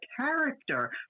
character